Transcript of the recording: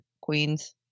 Queens